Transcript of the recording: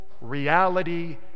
reality